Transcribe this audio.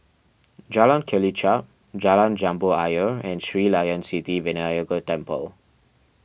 Jalan Kelichap Jalan Jambu Ayer and Sri Layan Sithi Vinayagar Temple